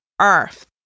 earth